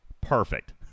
perfect